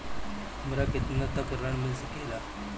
हमरा केतना तक ऋण मिल सके ला?